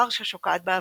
ורשה שוקעת בעבר,